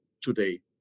today